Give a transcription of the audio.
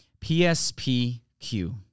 PSPQ